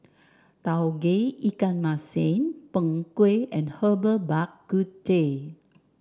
Tauge Ikan Masin Png Kueh and Herbal Bak Ku Teh